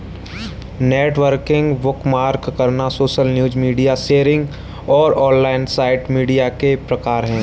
networking, bookmark करना, social news, media sharing और online site media के प्रकार हैं